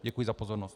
Děkuji za pozornost.